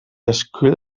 escull